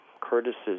Curtis's